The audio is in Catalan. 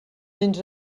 gens